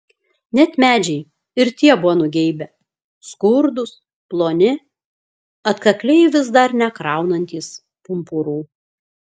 net medžiai ir tie buvo nugeibę skurdūs ploni atkakliai vis dar nekraunantys pumpurų